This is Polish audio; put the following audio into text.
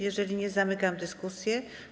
Jeżeli nie, zamykam dyskusję.